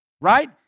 right